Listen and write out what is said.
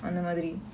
mm